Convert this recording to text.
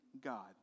God